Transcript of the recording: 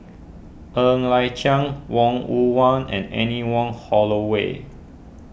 Ng Liang Chiang Wong Yoon Wah and Anne Wong Holloway